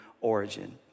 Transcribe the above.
origin